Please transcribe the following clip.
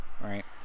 right